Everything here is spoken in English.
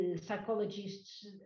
psychologists